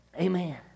Amen